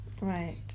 right